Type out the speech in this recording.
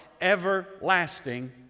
everlasting